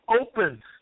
open